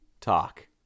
talk